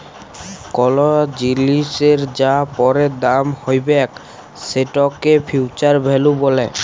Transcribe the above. call জিলিসের যা পরের দাম হ্যবেক সেটকে ফিউচার ভ্যালু ব্যলে